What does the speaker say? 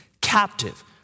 captive